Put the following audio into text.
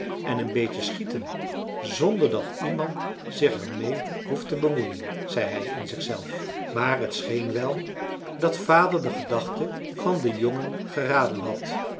en een beetje schieten zonder dat iemand zich er meê hoeft te bemoeien zei hij in zichzelf maar t scheen wel dat vader de gedachten van den jongen geraden had